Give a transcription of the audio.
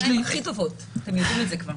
אתם בידיים הכי טובות, אתם יודעים את זה כבר.